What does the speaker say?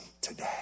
today